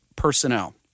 Personnel